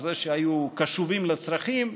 על זה שהיו קשובים לצרכים,